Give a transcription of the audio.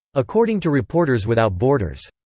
according to reporters without borders.